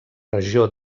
regió